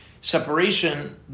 Separation